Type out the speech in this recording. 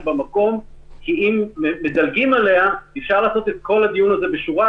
במקום כי אם מדלגים עליה אפשר לעשות את כל הדיון הזה בשורה,